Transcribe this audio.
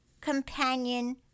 companion